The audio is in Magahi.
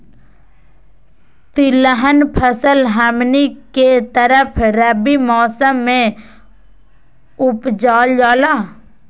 तिलहन फसल हमनी के तरफ रबी मौसम में उपजाल जाला